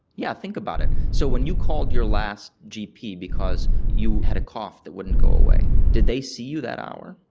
yeah think about it. so when you called your last gp because you had a cough that wouldn't go away, did they see you that hour?